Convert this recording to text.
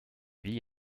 vit